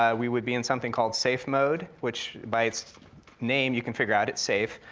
um we would be in something called safe mode, which by its name, you can figure out it's safe.